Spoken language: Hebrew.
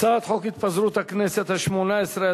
הצעת חוק התפזרות הכנסת השמונה-עשרה,